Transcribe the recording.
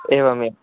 एवम् एवम्